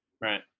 Right